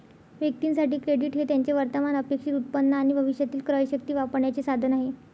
व्यक्तीं साठी, क्रेडिट हे त्यांचे वर्तमान अपेक्षित उत्पन्न आणि भविष्यातील क्रयशक्ती वापरण्याचे साधन आहे